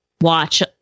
watch